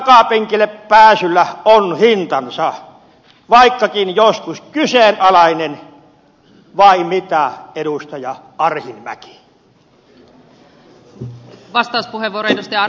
audin takapenkille pääsyllä on hintansa vaikkakin joskus kyseenalainen vai mitä edustaja arhinmäki